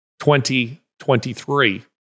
2023